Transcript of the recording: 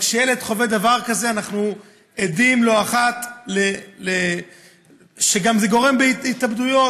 אבל כשילד חווה דבר כזה אנחנו עדים לא אחת שזה גם גורם התאבדויות.